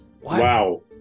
Wow